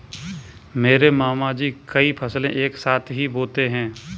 मेरे मामा जी कई फसलें एक साथ ही बोते है